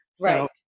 Right